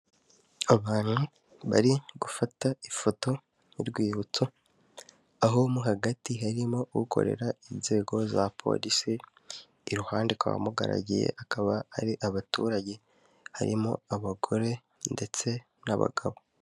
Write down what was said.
Abantu bari gufata ifoto y'urwibutso aho mo hagati harimo ukorera inzego za polisi; iruhande kubamugaragiye hakaba hari abaturage harimo abagore ndetse n'abagabo.